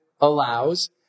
allows